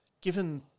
given